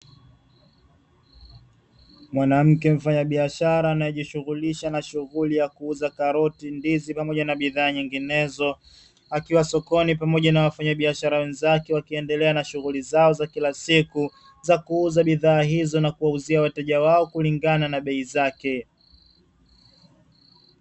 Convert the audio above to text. Mwanamke mfanyabiashara anayejishughulisha na shughuli ya kuuza karoti, ndizi pamoja na bidhaa nyinginezo akiwa sokoni pamoja na wafanyabiashara wenzake wakiendelea na shughuli zao za kila siku za kuuza bidhaa hizo na kuwauzia wateja wao kulingana na bei zake.